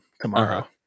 tomorrow